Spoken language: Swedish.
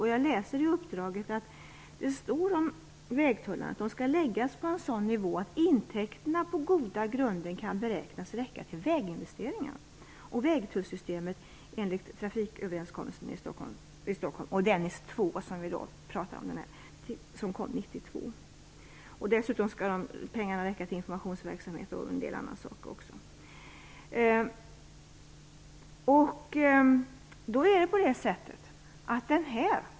Det står i uppdraget att vägtullarna skall läggas på en sådan nivå att intäkterna på goda grunder kan beräknas räcka till väginvesteringarna och vägtullssystemet enligt trafiköverenskommelsen i Stockholm samt Dennis 2-överenskommelsen som träffades 1992. Dessutom skall pengarna räcka till informationsverksamhet m.m.